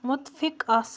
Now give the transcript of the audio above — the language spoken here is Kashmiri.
مُتفِق آس